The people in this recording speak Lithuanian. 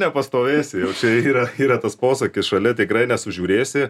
nepastovėsi jau čia yra yra tas posakis šalia tikrai nesužiūrėsi